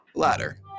ladder